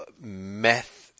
meth